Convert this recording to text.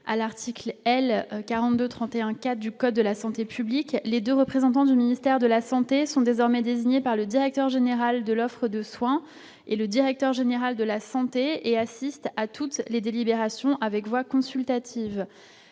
à l'article L. 42 31 4 du code de la santé publique, les 2 représentants du ministère de la santé sont désormais désignés par le directeur général de l'offre de soin et le directeur général de la santé et assiste à toutes les délibérations avec voix consultative